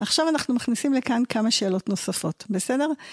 עכשיו אנחנו מכניסים לכאן כמה שאלות נוספות, בסדר?